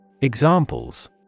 Examples